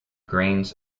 grains